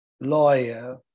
lawyer